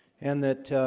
and that